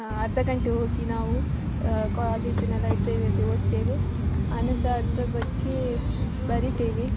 ಅರ್ಧ ಗಂಟೆ ಹೋಗಿ ನಾವು ಕಾಲೇಜಿನ ಲೈಬ್ರೆರಿಯಲ್ಲಿ ಓದ್ತೇವೆ ಆನಂತರ ಅದರ ಬಗ್ಗೆ ಬರಿತೇವೆ